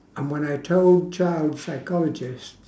and when I told child psychologists